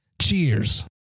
Cheers